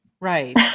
Right